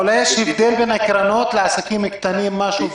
ואולי יש הבדל בין הקרנות לעסקים קטנים משהו,